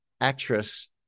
actress